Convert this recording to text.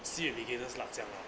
see if beginner's luck 这样 lah